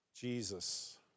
Jesus